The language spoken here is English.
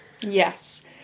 Yes